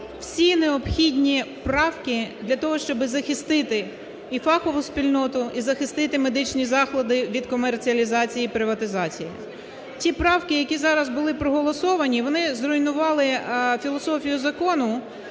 всі необхідні правки для того, щоб захистити і фахову спільноту і захистити медичні заклади від комерціалізації і приватизації. Ті правки, які зараз були проголосовані, вони зруйнували філософію закону.